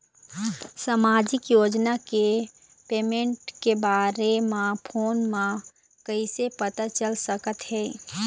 सामाजिक योजना के पेमेंट के बारे म फ़ोन म कइसे पता चल सकत हे?